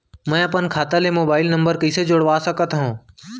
मैं अपन खाता ले मोबाइल नम्बर कइसे जोड़वा सकत हव?